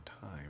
time